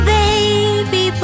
baby